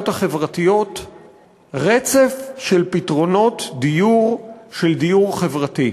החברתיות רצף של פתרונות דיור של דיור חברתי.